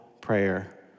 prayer